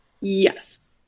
Yes